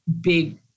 big